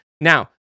Now